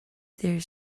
there